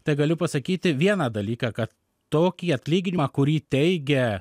tai galiu pasakyti vieną dalyką kad tokį atlyginimą kurį teigia